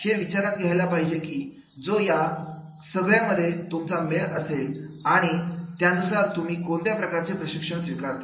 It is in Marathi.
हे विचारात घ्यायला पाहिजे की जो या सगळ्यामध्ये तुमचा मेळ असेल आणि त्यानुसार तुम्ही कोणत्या प्रकारचे प्रशिक्षण स्वीकारता